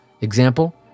example